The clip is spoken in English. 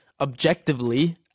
objectively